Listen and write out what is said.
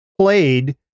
played